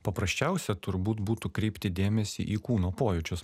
paprasčiausia turbūt būtų kreipti dėmesį į kūno pojūčius